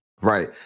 Right